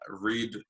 read